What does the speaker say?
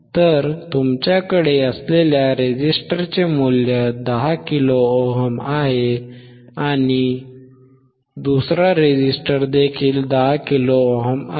तर तुमच्याकडे असलेल्या रेझिस्टरचे मूल्य 10k ओम आहे आणि दुसरा रेझिस्टर देखील 10k ओम आहे